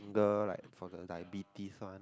the like for the diabetes one